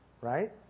Right